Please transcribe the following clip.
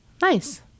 Nice